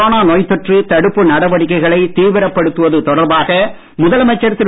corona நோய்த் தொற்று தடுப்பு நடவடிக்கைகளைத் தீவிரப்படுத்துவது தொடர்பாக முதலமைச்சர் திரு